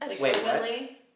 Wait